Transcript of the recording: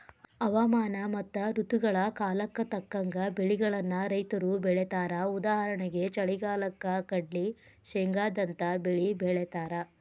ಹವಾಮಾನ ಮತ್ತ ಋತುಗಳ ಕಾಲಕ್ಕ ತಕ್ಕಂಗ ಬೆಳಿಗಳನ್ನ ರೈತರು ಬೆಳೇತಾರಉದಾಹರಣೆಗೆ ಚಳಿಗಾಲಕ್ಕ ಕಡ್ಲ್ಲಿ, ಶೇಂಗಾದಂತ ಬೇಲಿ ಬೆಳೇತಾರ